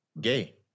gay